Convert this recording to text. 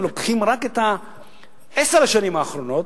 אם לוקחים רק את עשר השנים האחרונות,